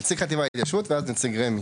נציג חטיבת התיישבות ואז נציג רמ"י.